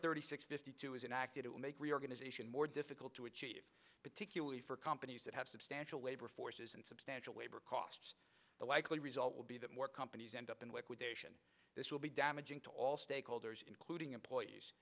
thirty six fifty two is an act it will make reorganization more difficult to achieve particularly for companies that have substantial labor forces and substantial labor costs the likely result will be that more companies end up in work with this will be damaging to all stakeholders including employees